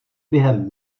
během